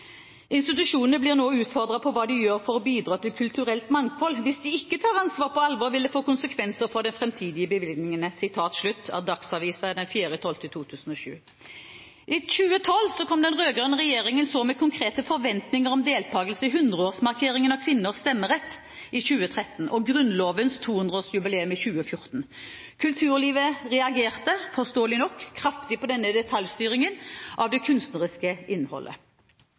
blir nå utfordret på hva de gjør for å bidra til kulturelt mangfold. Hvis de ikke tar ansvaret på alvor, vil det få konsekvenser for framtidige bevilgninger.» Dette stod i Dagsavisen 4. desember 2007. I 2012 kom den rød-grønne regjeringen med konkrete forventninger om deltagelse i hundreårsmarkeringen av kvinners stemmerett i 2013 og Grunnlovens 200-årsjubileum i 2014. Kulturlivet reagerte forståelig nok kraftig på denne detaljstyringen av det kunstneriske innholdet.